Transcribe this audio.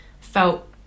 felt